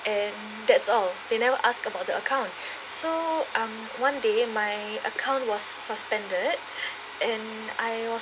and that's all they never ask about the account so um one day my account was suspended and I was